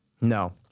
No